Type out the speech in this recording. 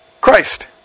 Christ